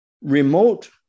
remote